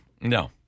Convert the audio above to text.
No